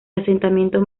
asentamiento